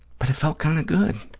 but it felt kind of good.